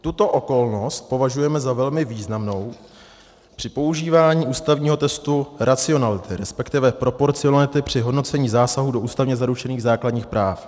Tuto okolnost považujeme za velmi významnou při používání ústavního testu racionality, resp. proporcionality při hodnocení zásahů do ústavně zaručených základních práv.